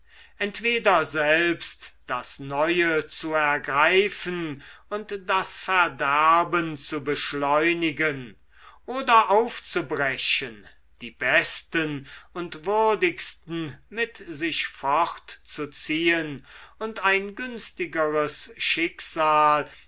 entweder selbst das neue zu ergreifen und das verderben zu beschleunigen oder aufzubrechen die besten und würdigsten mit sich fort zu ziehen und ein günstigeres schicksal